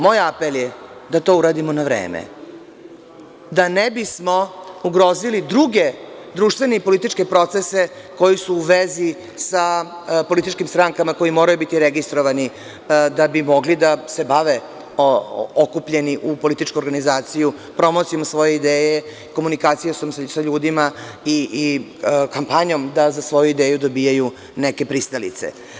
Moj apel je da to uradio na vreme, da ne bismo ugrozili druge društvene i političke procese koji su u vezi sa političkim strankama koje moraju biti registrovane, da bi mogli da se bave, okupljeni u političku organizaciju, promocijama svojih ideja, u komunikaciji sa ljudima i kampanjom da za svoju ideju dobijaju neke pristalice.